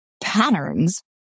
patterns